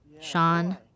Sean